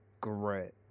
great